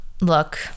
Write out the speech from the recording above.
look